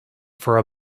for